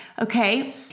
Okay